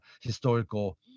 historical